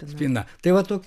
spyna tai va toks